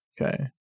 Okay